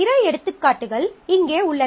பிற எடுத்துக்காட்டுகள் இங்கே உள்ளன